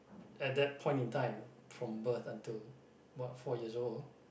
at that point in time from birth until what four years old